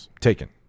taken